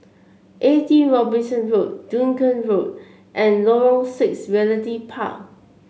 Eighty Robinson Road Dunearn Road and Lorong Six Realty Park